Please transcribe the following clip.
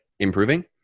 improving